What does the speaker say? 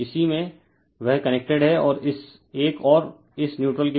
इसी में वह कनेक्टेड है और इस एक और इस न्यूट्रल के बीच कनेक्टेड है